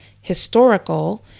historical